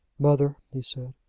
mother he said,